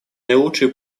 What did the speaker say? наилучший